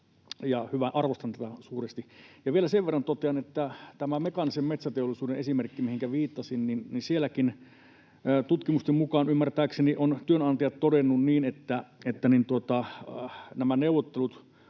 Arvostan tätä suuresti. Ja vielä sen verran totean tästä mekaanisen metsäteollisuuden esimerkistä, mihinkä viittasin, että sielläkin tutkimusten mukaan ymmärtääkseni ovat työnantajat todenneet niin, että nämä neuvottelut